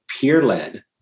peer-led